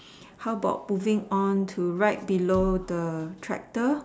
how about moving on to right below the tractor